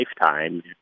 lifetime